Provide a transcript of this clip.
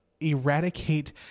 eradicate